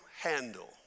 handle